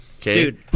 Dude